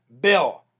Bill